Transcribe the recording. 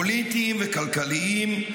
פוליטיים וכלכליים,